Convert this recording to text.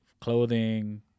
clothing